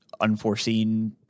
unforeseen